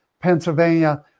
Pennsylvania